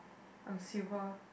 I'm silver